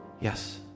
Yes